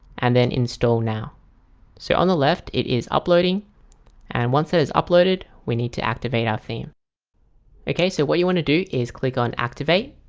and then install now so on the left it is uploading and once it is uploaded we need to activate our theme ok, so what you want to do is click on activate